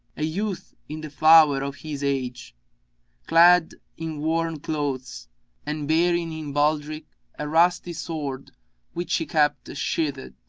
a youth in the flower of his age clad in worn clothes and bearing in baldrick a rusty sword which he kept sheathed,